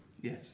Yes